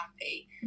happy